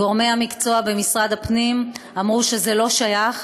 גורמי המקצוע במשרד הפנים אמרו שזה לא שייך,